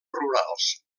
rurals